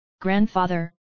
grandfather